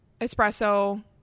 espresso